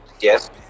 Yes